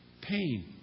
pain